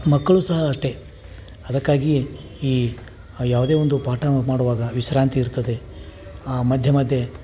ಮಕ್ಕಳೂ ಸಹ ಅಷ್ಟೇ ಅದಕ್ಕಾಗಿ ಈ ಯಾವುದೇ ಒಂದು ಪಾಠ ಮಾಡುವಾಗ ವಿಶ್ರಾಂತಿ ಇರ್ತದೆ ಮಧ್ಯೆ ಮಧ್ಯೆ